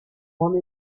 one